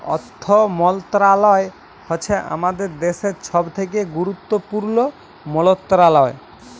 অথ্থ মলত্রলালয় হছে আমাদের দ্যাশের ছব থ্যাকে গুরুত্তপুর্ল মলত্রলালয়